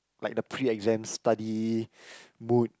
like the pre exam study mood